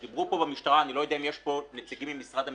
דיברו פה אנשי המשטרה אני לא יודע אם יש פה נציגים ממשרד המשפטים,